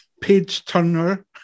page-turner